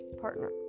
partner